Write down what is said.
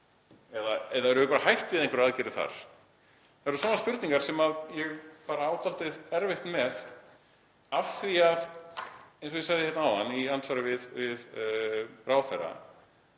eða erum við bara hætt við einhverjar aðgerðir þar? Það eru svona spurningar sem ég á dálítið erfitt með af því að, eins og ég sagði hérna áðan í andsvari við ráðherra,